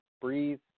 breathe